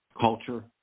culture